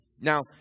Now